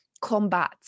combat